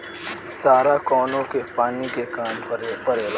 सारा कौनो के पानी के काम परेला